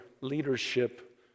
leadership